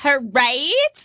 Right